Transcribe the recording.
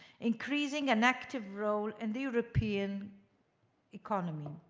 increasing an active role in the european economy.